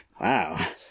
Wow